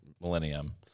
millennium